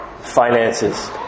finances